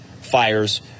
fires